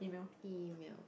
email